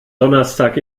donnerstag